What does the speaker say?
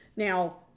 Now